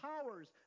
powers